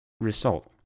result